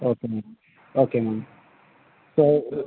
okay ma'am okay ma'am so